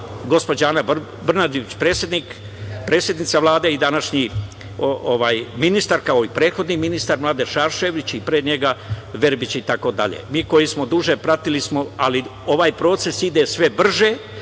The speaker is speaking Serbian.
gospođa, Ana Brnabić, predsednica Vlade i današnji ministra, kao i prethodni ministar Mladen Šarčević, i pre njega Verbić i tako dalje. Mi koji smo duže, pratili smo, ali ovaj proces ide sve brže,